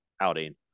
outing